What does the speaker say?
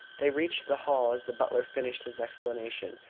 they reached the hall as the butler finished his explanation,